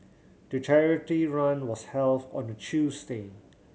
the charity run was held on a Tuesday